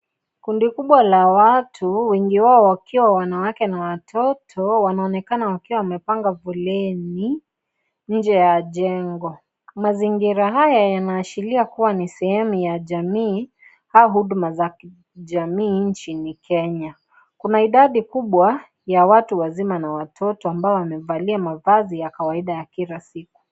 Kundi kubwa la watu wengi wao wakiwa wanawake na watoto wanaonekana wakiwa wamepanga foleni nje ya jengo, mazingira haya yanaashiria kuwa ni sehemu ya jamii au huduma za kijamii nchini Kenya, kuna idadi kubwa ya watu wazima na watoto ambao wamevalia mavazi ya kawaida ya kila siku.